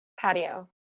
Patio